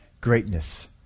greatness